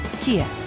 Kia